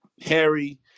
Harry